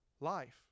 life